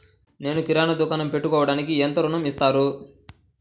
నేను కిరాణా దుకాణం పెట్టుకోడానికి ఎంత ఋణం ఇస్తారు?